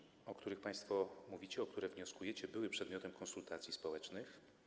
Czy podwyżki, o których państwo mówicie, o które wnioskujecie, były przedmiotem konsultacji społecznych?